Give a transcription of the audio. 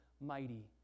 mighty